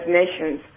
nations